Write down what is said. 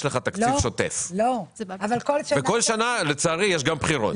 לך תקציב שוטף וכל שנה לצערי יש גם בחירות.